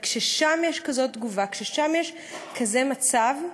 וכששם יש כזאת תגובה, כששם יש כזה מצב,